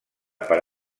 per